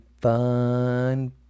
fun